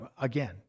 again